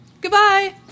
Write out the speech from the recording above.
goodbye